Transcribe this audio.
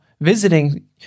Visiting